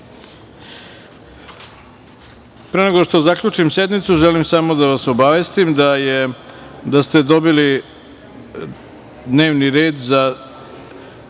nego što zaključim sednicu, želim samo da vas obavestim da ste dobili dnevni red za